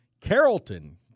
Carrollton